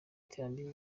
iterambere